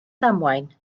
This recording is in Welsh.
ddamwain